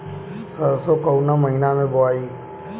सरसो काउना महीना मे बोआई?